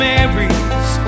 Marys